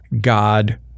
God